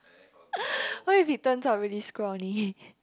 what if he turns up very scrawny